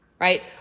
right